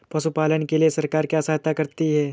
पशु पालन के लिए सरकार क्या सहायता करती है?